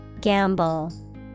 Gamble